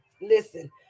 listen